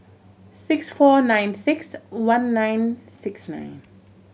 six four nine six one nine six nine